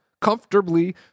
comfortably